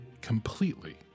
completely